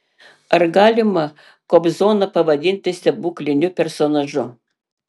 ar galima kobzoną pavadinti stebukliniu personažu